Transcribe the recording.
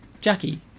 Jackie